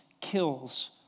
kills